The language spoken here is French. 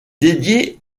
dédiée